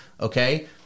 okay